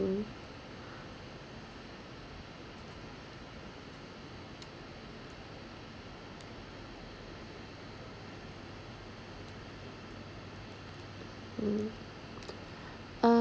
mm mm uh